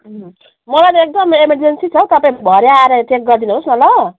मलाई त एकदम इमर्जेन्सी छ तपाईँहरू भरे आएर चेक गरिदिनु होस् न ल